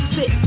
Sit